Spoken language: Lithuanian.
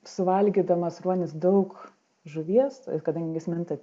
suvalgydamas ruonis daug žuvies kadangi jis minta